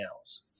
else